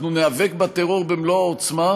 אנחנו ניאבק בטרור במלוא העוצמה,